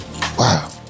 Wow